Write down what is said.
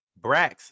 Brax